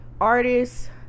artists